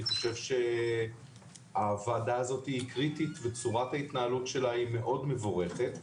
אני חושב שהוועדה הזאת היא קריטית וצורת ההתנהלות שלה היא מאוד מבורכת.